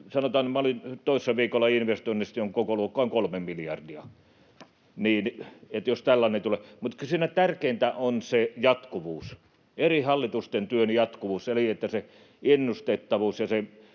— minä olin toissa viikolla investoinnissa, jonka kokoluokka on 3 miljardia, niin että jos tällainen tulee. Mutta kyllä siinä tärkeintä on se jatkuvuus, eri hallitusten työn jatkuvuus eli se ennustettavuus ja,